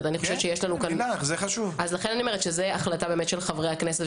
זאת החלטה של חברי הכנסת,